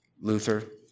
Luther